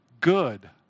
good